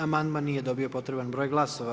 Amandman nije dobio potreban broj glasova.